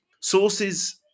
sources